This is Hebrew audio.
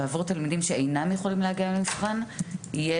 ועבור תלמידים שאינם יכולים להגיע למבחן יהיה